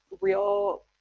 real